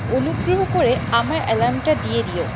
অনুগ্রহ করে আমার অ্যালার্মটা দিয়ে দাও